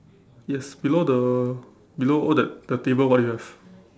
yes below the below all that the table what do you have